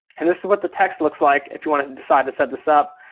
and this is what the text looks like if you want to decide to set this up.